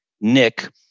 Nick